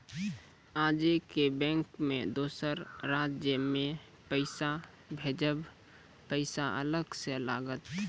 आजे के बैंक मे दोसर राज्य मे पैसा भेजबऽ पैसा अलग से लागत?